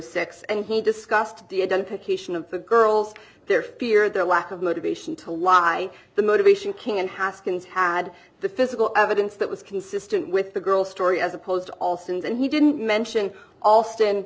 six and he discussed the identification of the girls their fear their lack of motivation to lie the motivation can haskins had the physical evidence that was consistent with the girl's story as opposed to all sins and he didn't mention a